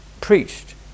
preached